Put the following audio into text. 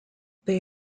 they